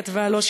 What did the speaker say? היא כתבה לו,